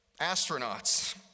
astronauts